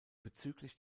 bezüglich